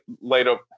later